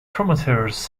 promoters